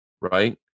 Right